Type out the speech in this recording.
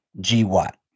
G-Watt